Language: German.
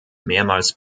mehrmals